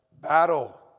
battle